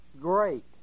great